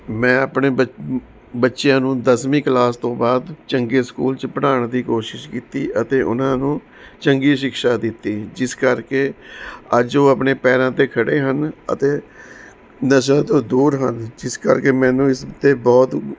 ਮੈਂ ਆਪਣੇ ਬੱਚ ਬੱਚਿਆਂ ਨੂੰ ਦਸਵੀਂ ਕਲਾਸ ਤੋਂ ਬਾਅਦ ਚੰਗੇ ਸਕੂਲ 'ਚ ਪੜ੍ਹਾਉਣ ਦੀ ਕੋਸ਼ਿਸ਼ ਕੀਤੀ ਅਤੇ ਉਹਨਾਂ ਨੂੰ ਚੰਗੀ ਸ਼ਿਕਸ਼ਾ ਦਿੱਤੀ ਜਿਸ ਕਰਕੇ ਅੱਜ ਉਹ ਆਪਣੇ ਪੈਰਾਂ 'ਤੇ ਖੜ੍ਹੇ ਹਨ ਅਤੇ ਨਸ਼ਿਆਂ ਤੋਂ ਦੂਰ ਹਨ ਜਿਸ ਕਰਕੇ ਮੈਨੂੰ ਇਸ 'ਤੇ ਬਹੁਤ